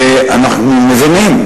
ואנחנו מבינים